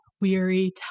weary